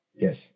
Yes